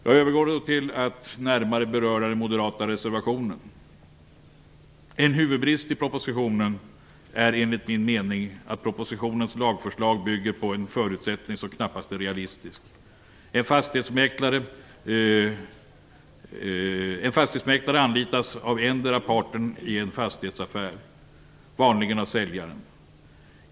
Jag övergår till att närmare beröra den moderata reservationen. En huvudbrist i propositionen är enligt min mening att lagförslaget bygger på en förutsättning som knappast är realistisk. En fastighetsmäklare anlitas av endera parten i en fastighetsaffär, vanligen säljaren.